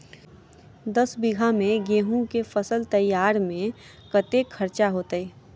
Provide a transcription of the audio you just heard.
दस बीघा मे गेंहूँ केँ फसल तैयार मे कतेक खर्चा हेतइ?